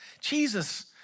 Jesus